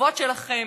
בטובות שלכם